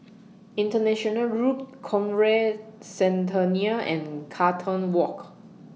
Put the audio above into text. International Road Conrad Centennial and Carlton Walk